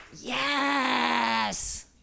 Yes